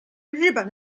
日本